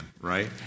right